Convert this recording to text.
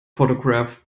photograph